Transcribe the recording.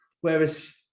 whereas